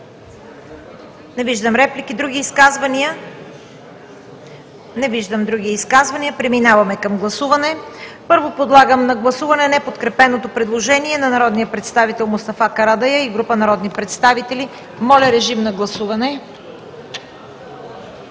Не виждам. Други изказвания? Не виждам други изказвания. Преминаваме към гласуване. Първо подлагам на гласуване неподкрепеното предложение на народния представител Мустафа Карадайъ и група народни представители. Гласували